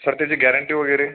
sir त्याची guarantee वगैरे